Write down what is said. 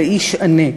לאיש עני.